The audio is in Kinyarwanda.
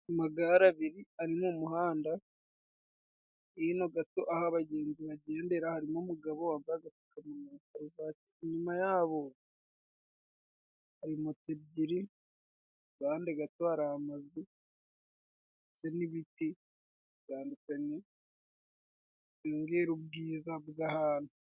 Amagare abiri ari mu umuhanda, hino gato aho abagenzi bagendera harimo umugabo wambaye agapfukamunwa na karuvate, inyuma yabo hari moto ebyiri, kugahande gato hari amazu ndetse n'ibiti bitandukanye byongera ubwiza bw'ahantu.